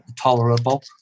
tolerable